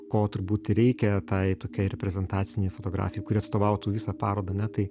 ko turbūt ir reikia tai tokiai reprezentacinei fotografijai kuri atstovautų visą parodą ne tai